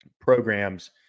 programs